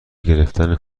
گرفتن